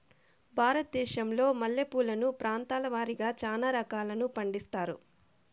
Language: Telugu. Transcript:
భారతదేశంలో మల్లె పూలను ప్రాంతాల వారిగా చానా రకాలను పండిస్తారు